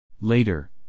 Later